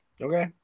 Okay